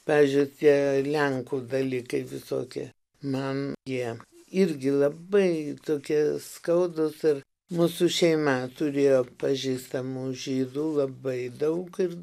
pavyzdžiui tie lenkų dalykai visokie man jie irgi labai tokie skaudūs ir mūsų šeima turėjo pažįstamų žydų labai daug ir